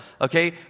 Okay